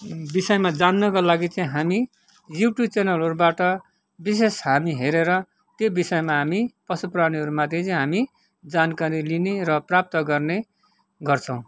विषयमा जान्नको लागि चाहिँ हामी युट्युब च्यानलहरूबाट विशेष हामी हेरेर त्यो विषयमा हामी पशु प्राणीहरूमाथि चाहिँ हामी जानकारी लिने र प्राप्त गर्ने गर्छौँ